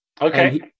Okay